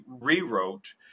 rewrote